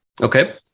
Okay